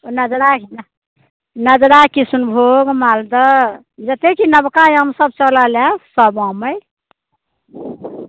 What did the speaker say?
नजरा नजरा किसुनभोग मालदह जतेक ई नबका आम सब चलल अइ सब आम अइ